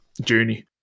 journey